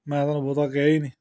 ਮੈਂ ਤੁਹਾਨੂੰ ਬਹੁਤਾ ਕਿਹਾ ਹੀ ਨਹੀਂ